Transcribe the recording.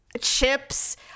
chips